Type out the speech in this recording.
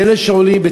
ואלה שעולים,